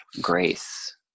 grace